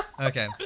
Okay